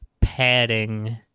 padding